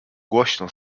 głośno